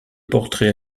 portraits